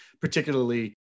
particularly